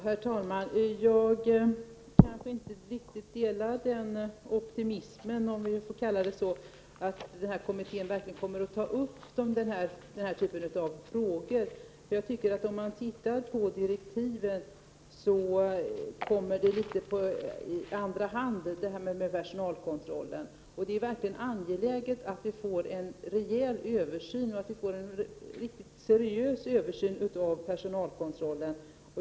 Herr talman! Jag kanske inte riktigt delar civilministerns optimism, om vi får kalla det så, att kommittén verkligen kommer att ta upp denna typ av frågor. Av direktiven framgår att personalkontrollen kommer i andra hand. Det är verkligen angeläget att vi får en rejäl och riktigt seriös översyn av personalkontrollen.